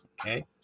Okay